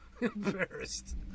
embarrassed